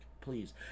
please